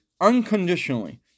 unconditionally